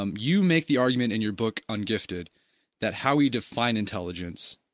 um you make the argument in your book ungifted that how we define intelligence